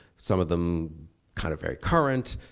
some of them kind of very current,